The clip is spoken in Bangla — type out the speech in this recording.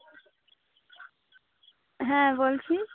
হ্যাঁ বলছি